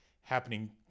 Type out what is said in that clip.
happening